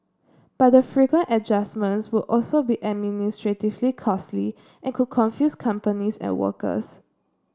but the frequent adjustments would also be administratively costly and could confuse companies and workers